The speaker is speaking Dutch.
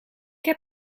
heb